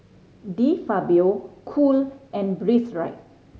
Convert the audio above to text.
De Fabio Cool and Breathe Right